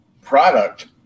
product